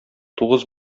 тугыз